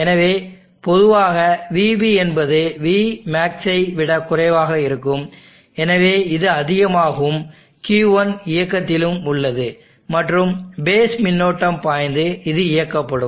எனவே பொதுவாக vB என்பது vmax ஐ விட குறைவாக இருக்கும் எனவே இது அதிகமாகவும் Q1 இயக்கத்திலும் உள்ளது மற்றும் பேஸ் மின்னோட்டம் பாய்ந்து இது இயக்கப்படும்